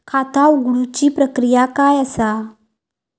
खाता उघडुची प्रक्रिया काय असा?